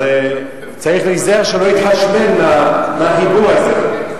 אז צריך להיזהר שלא יתחשמל מהחיבור הזה.